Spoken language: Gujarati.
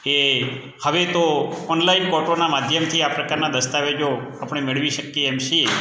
એ હવે તો ઓનલાઈન કોર્ટોના માધ્યમથી આ પ્રકારના દસ્તાવેજો આપણે મેળવી શકીએ એમ સીએ